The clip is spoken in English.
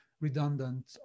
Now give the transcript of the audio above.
redundant